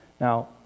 Now